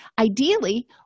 ideally